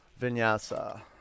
vinyasa